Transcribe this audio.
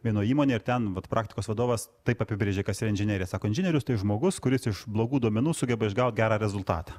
vienoj įmonėj ir ten vat praktikos vadovas taip apibrėžė kas yra inžinerija sako inžinierius tai žmogus kuris iš blogų duomenų sugeba išgaut gerą rezultatą